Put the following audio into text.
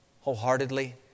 wholeheartedly